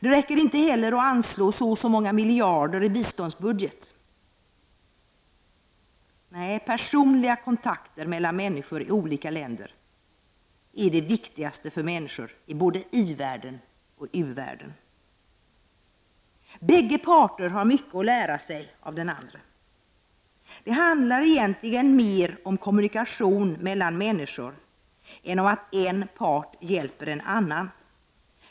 Det räcker inte heller att anslå si eller så många miljarder i biståndsbudgeten. Personliga kontakter mellan människor i olika länder är det viktigaste för människor i både i-världen och u-världen. Båda sidor har mycket att lära av varandra. Det handlar egentligen mera om kommunikation mellan människor än om att en part hjälper en annan.